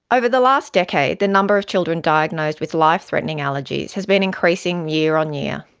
over the last decade, the number of children diagnosed with life-threatening allergies has been increasing year on year.